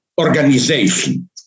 organization